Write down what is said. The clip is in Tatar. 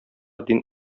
дин